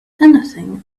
anything